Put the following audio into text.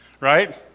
right